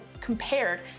compared